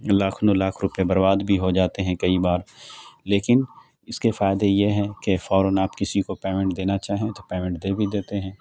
لاکھ نو لاکھ روپے برباد بھی ہو جاتے ہیں کئی بار لیکن اس کے فائدے یہ ہیں کہ فوراً آپ کسی کو پیمنٹ دینا چاہیں تو پیمنٹ دے بھی دیتے ہیں